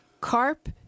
CARP